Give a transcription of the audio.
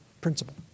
principle